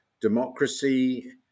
democracy